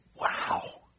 wow